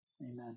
Amen